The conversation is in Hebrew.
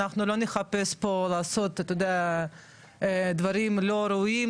אנחנו לא נחפש פה לעשות דברים לא ראויים,